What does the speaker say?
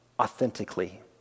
authentically